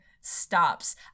stops